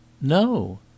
no